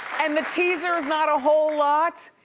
and the teaser's not a whole lot.